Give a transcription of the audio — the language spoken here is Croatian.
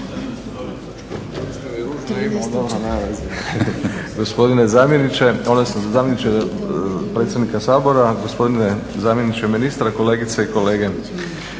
odnosno zamjeniče predsjednika Sabora, gospodine zamjeniče ministra, kolegice i kolege.